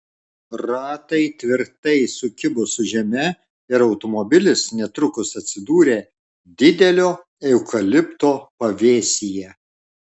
ratai tvirtai sukibo su žeme ir automobilis netrukus atsidūrė didelio eukalipto pavėsyje